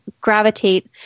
gravitate